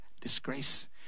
disgrace